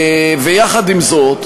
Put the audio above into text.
ויחד עם זאת,